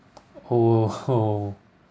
oh